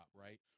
right